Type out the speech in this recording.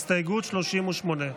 הסתייגות 38,